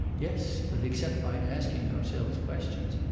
yes but except by asking ourselves questions,